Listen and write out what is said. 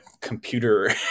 computer